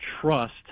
trust